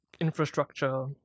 infrastructure